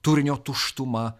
turinio tuštuma